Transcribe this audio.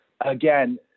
again